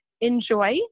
enjoy